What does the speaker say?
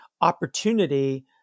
opportunity